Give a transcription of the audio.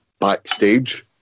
backstage